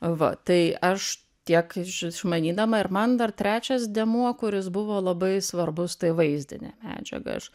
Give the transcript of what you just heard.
va tai aš tiek iš išmanydama ir man dar trečias dėmuo kuris buvo labai svarbus tai vaizdinė medžiaga aš